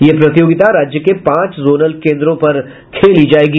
यह प्रतियोगिता राज्य के पांच जोनल केंद्रों पर खेली जायेगी